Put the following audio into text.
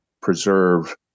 preserve